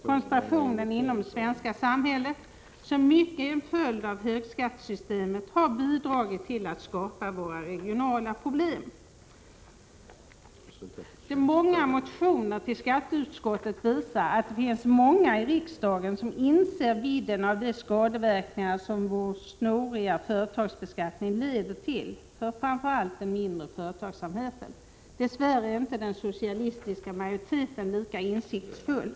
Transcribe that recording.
Koncentrationen inom det svenska samhället, som i mycket är en följd av högskattesystemet, har bidragit till att skapa våra regionala problem. De många motionerna till skatteutskottet visar att det finns många i riksdagen som inser vidden av de skadeverkningar som vår snåriga företagsbeskattning leder till för framför allt den mindre företagsamheten. Dess värre är inte den socialistiska majoriteten lika insiktsfull.